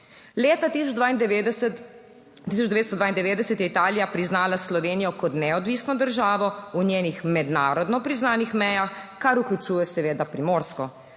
Leta 1992 je Italija priznala Slovenijo kot neodvisno državo v njenih mednarodno priznanih mejah, kar seveda vključuje Primorsko.